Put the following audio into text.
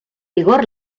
vigor